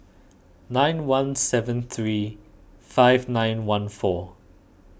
nine one seven three five nine one four